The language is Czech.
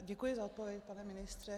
Děkuji za odpověď, pane ministře.